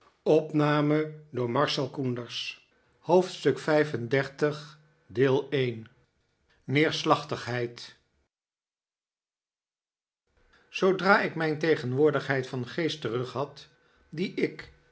zoodra ik mijn tegenwoordigheid van geest terughad die ik